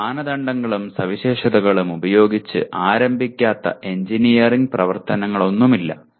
നിങ്ങൾ മാനദണ്ഡങ്ങളും സവിശേഷതകളും ഉപയോഗിച്ച് ആരംഭിക്കാത്ത എഞ്ചിനീയറിംഗ് പ്രവർത്തനങ്ങളൊന്നുമില്ല